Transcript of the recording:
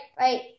right